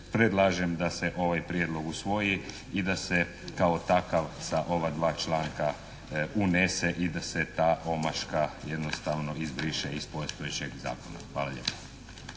predlažem da se ovaj prijedlog usvoji i da se kao takav sa ova članka unese i da se ta omaška jednostavno izbriše iz postojećeg zakona. Hvala lijepa.